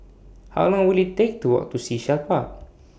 How Long Will IT Take to Walk to Sea Shell Park